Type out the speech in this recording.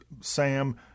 SAM